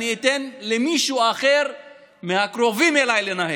אני אתן למישהו אחר מהקרובים אליי לנהל,